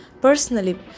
personally